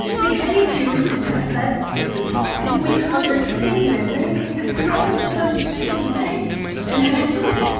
decay theory suggests that over time, we can't retrieve memories because traces of them fade away and eventually,